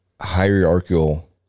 hierarchical